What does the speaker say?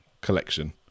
collection